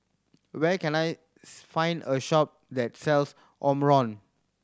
where can I find a shop that sells Omron